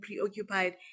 preoccupied